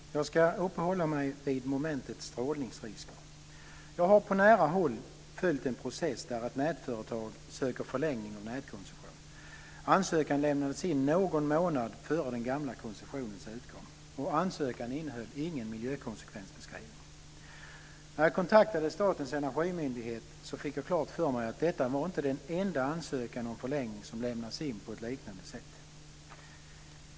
Fru talman! Jag ska uppehålla mig vid momentet strålningsrisker. Jag har på nära håll följt en process där ett nätföretag söker förlängning av nätkoncession. Ansökan lämnades in någon månad före den gamla koncessionens utgång. Ansökan innehöll ingen miljökonsekvensbeskrivning. När jag kontaktade Statens energimyndighet fick jag klart för mig att detta inte var den enda ansökan om förlängning som lämnats in på ett liknande sätt.